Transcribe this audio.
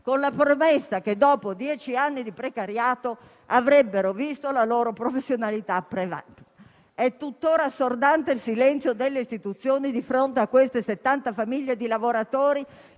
con la promessa che dopo dieci anni di precariato avrebbero visto la loro professionalità premiata. È tuttora assordante il silenzio delle istituzioni di fronte a queste settanta famiglie di lavoratori